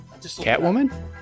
Catwoman